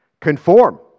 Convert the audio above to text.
conform